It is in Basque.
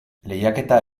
lehiaketa